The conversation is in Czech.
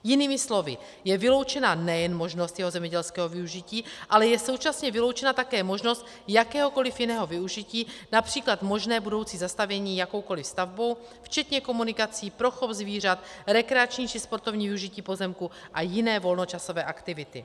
Jinými slovy, je vyloučena nejen možnost jejich zemědělského využití, ale je současně vyloučena také možnost jakéhokoli jiného využití, např. možné budoucí zastavění jakoukoli stavbou, včetně komunikací pro chov zvířat, rekreační či sportovní využití pozemků a jiné volnočasové aktivity.